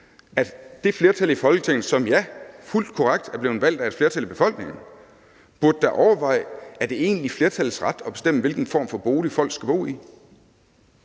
at det flertal i Folketinget, som, ja, fuldt korrekt er blevet valgt af et flertal i befolkningen, da burde overveje, om det egentlig er flertallets ret at bestemme, hvilken form for bolig folk skal bo i.